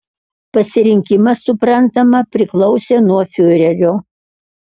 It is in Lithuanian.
pasirinkimas suprantama priklausė nuo fiurerio